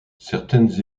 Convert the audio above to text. certaines